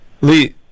Lee